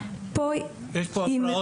יש פה הערות